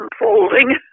unfolding